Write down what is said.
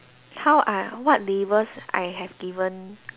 how are what labels I have given